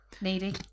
Needy